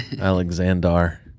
Alexander